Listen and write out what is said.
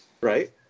right